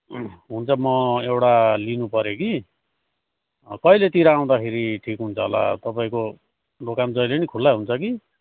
हुन्छ म एउटा लिनुपर्यो कि कहिलेतिर आउँदाखेरि ठिक हुन्छ होला तपाईँको दोकान जहिले नि खुला हुन्छ कि